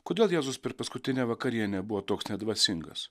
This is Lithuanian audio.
kodėl jėzus per paskutinę vakarienę buvo toks nedvasingas